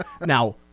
now